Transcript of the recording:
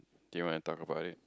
do you want to talk about it